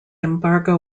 embargo